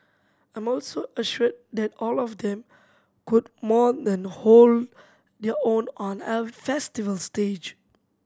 I'm also assured that all of them could more than hold their own on a festival stage